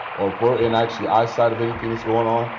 or if we're in actually eye sight of anything that's going on,